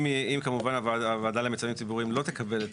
אם הוועדה למיזמים ציבוריים לא תקבל את